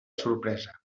sorpresa